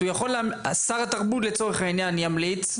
שר התרבות לצורך העניין ימליץ,